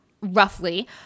roughly